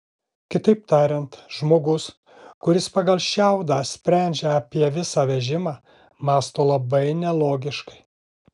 kitaip tariant žmogus kuris pagal šiaudą sprendžia apie visą vežimą mąsto labai nelogiškai